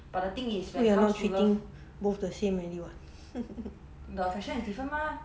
treating both the same already [what]